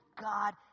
God